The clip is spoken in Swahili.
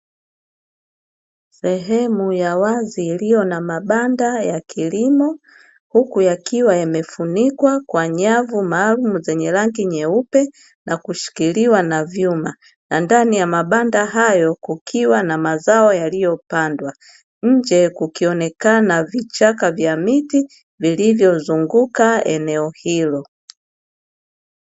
Sehemu ya wazi iliyo na mabanda ya kilimo huku yakiwa yamefunikwa kwa nyavu maalumu zenye rangi nyeupe na kushikiliwa na vyuma. Na ndani ya mabanda hayo kukiwa na mazao yaliyopandwa; nje kukionekana vichaka vya miti vilivyozunguka eneo hilo.